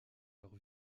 leur